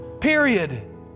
period